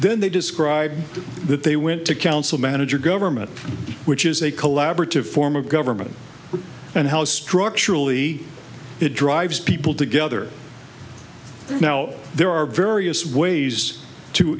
then they describe that they went to council manager government which is a collaborative form of government and how structurally it drives people together now there are various ways to